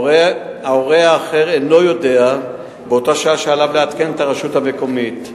ההורה האחר אינו יודע באותה שעה שעליו לעדכן את הרשות המקומית החדשה,